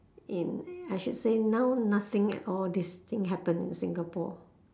in I should say now nothing at all this thing happen in singapore